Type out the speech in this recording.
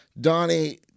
Donnie